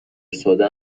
ساده